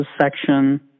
section